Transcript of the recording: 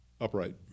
upright